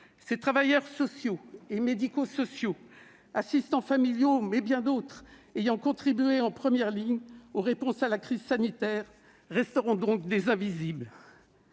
Ces travailleurs sociaux et médico-sociaux- assistants familiaux et bien d'autres -qui ont contribué, en première ligne, à répondre à la crise sanitaire resteront donc des invisibles.